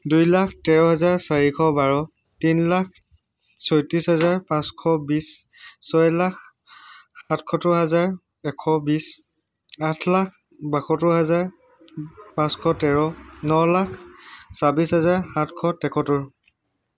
দুই লাখ তেৰ হাজাৰ চাৰিশ বাৰ তিনি লাখ ছয়ত্ৰিছ হাজাৰ পাঁচশ বিছ ছয় লাখ সাতসত্তৰ হাজাৰ এশ বিছ আঠ লাখ বাসত্তৰ হাজাৰ পাঁচশ তেৰ ন লাখ চাবিছ হাজাৰ আঠশ তেসত্তৰ